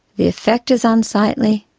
the effect is unsightly,